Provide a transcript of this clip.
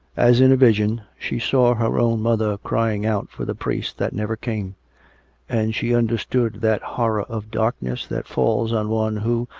as in a vision, she saw her own mother crying out for the priest that never came and she understood that horror of darkness that falls on one who,